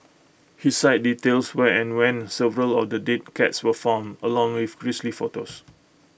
his site details where and when several of the dead cats were found along with grisly photos